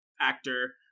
actor